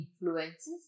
influences